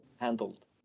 handled